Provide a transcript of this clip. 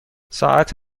ساعت